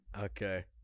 okay